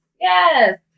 yes